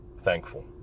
thankful